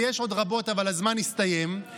ויש עוד רבות אבל הזמן הסתיים,